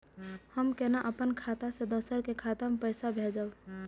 हम केना अपन खाता से दोसर के खाता में पैसा भेजब?